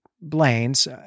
Blaine's